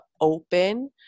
open